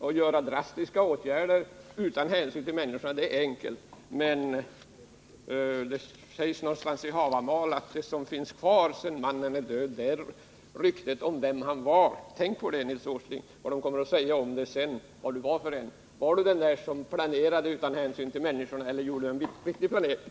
Att genomföra drastiska åtgärder utan hänsyn till människorna är enkelt. Det sägs någonstans i Havamal att det som finns kvar sedan mannen är död är ryktet om vem han var. Tänk på, Nils Åsling, vad man kommer att säga om er! Var Nils Åsling den som planerade utan hänsyn till människorna eller gjorde Nils Åsling en riktig planering?